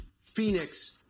Phoenix